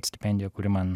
stipendija kuri man